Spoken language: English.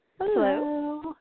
Hello